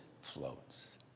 floats